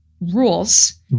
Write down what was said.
rules